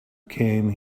came